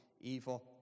evil